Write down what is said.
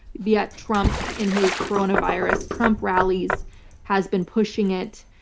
yet trump in his coronavirus trump rallies has been pushing it.